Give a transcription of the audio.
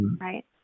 Right